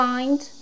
Find